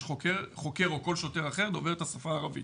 חוקר או כל שוטר אחר דובר את השפה הערבית.